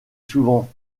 souvent